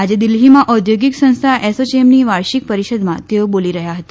આજે દિલ્હીમાં ઔદ્યોગિક સંસ્થા એસોચેમની વાર્ષિક પરિષદમાં તેઓ બોલી રહ્યા હતા